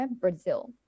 Brazil